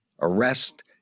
arrest